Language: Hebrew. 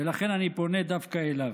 ולכן אני פונה דווקא אליו.